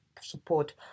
support